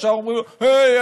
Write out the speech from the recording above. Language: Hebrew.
ישר אומרים לו: היי,